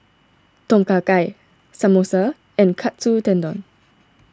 Tom Kha Gai Samosa and Katsu Tendon